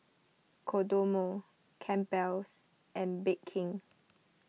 Kodomo Campbell's and Bake King